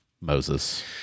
Moses